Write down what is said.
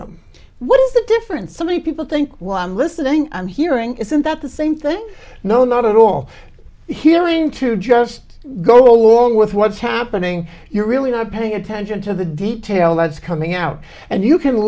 the difference so many people think well i'm listening and hearing isn't that the same thing no not at all hearing to just go along with what's happening you're really not paying attention to the detail that's coming out and you can